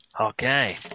Okay